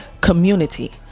community